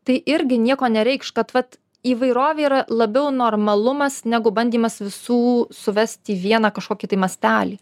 tai irgi nieko nereikš kad vat įvairovė yra labiau normalumas negu bandymas visų suvesti į vieną kažkokį tai mastelį